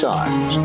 Times